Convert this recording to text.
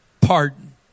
pardon